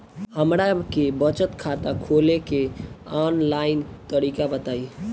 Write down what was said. हमरा के बचत खाता खोले के आन लाइन तरीका बताईं?